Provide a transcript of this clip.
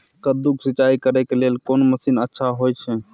कद्दू के सिंचाई करे के लेल कोन मसीन अच्छा होय छै?